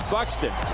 Buxton